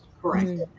correct